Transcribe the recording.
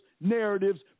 narratives